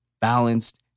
balanced